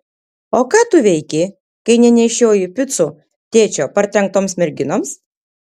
o ką tu veiki kai nenešioji picų tėčio partrenktoms merginoms